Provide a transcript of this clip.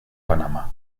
panamá